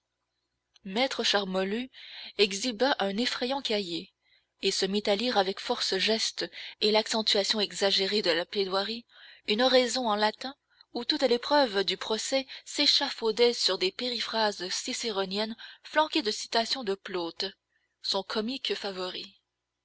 maître charmolue exhiba un effrayant cahier et se mit à lire avec force gestes et l'accentuation exagérée de la plaidoirie une oraison en latin où toutes les preuves du procès s'échafaudaient sur des périphrases cicéroniennes flanquées de citations de plaute son comique favori